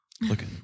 look